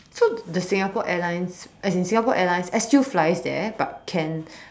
so the Singapore Airlines as in Singapore Airlines S_Q flies there but can